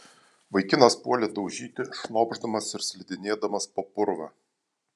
vaikinas puolė daužyti šnopšdamas ir slidinėdamas po purvą